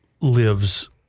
lives